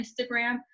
Instagram